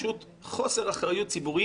פשוט חוסר אחריות ציבורית,